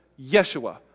Yeshua